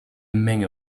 menge